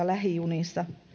lähijunissa